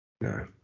no